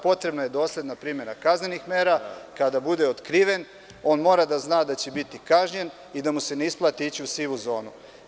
Potrebna je dosledna primena kaznenih mera, i kada bude otkriven, on mora da zna da će biti kažnjen i da mu se ne isplati ići u sivu zonu.